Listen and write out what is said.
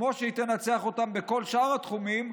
כמו שהיא תנצח אותן בכל שאר התחומים,